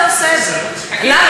למה?